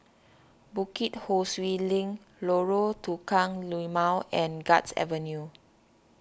Bukit Ho Swee Link Lorong Tukang Lima and Guards Avenue